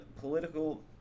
political